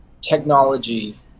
technology